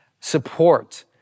support